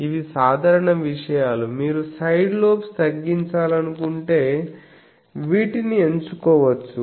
ఇవి సాధారణ విషయాలు మీరు సైడ్ లోబ్స్ తగ్గించాలనుకుంటే వీటిని ఎంచుకోవచ్చు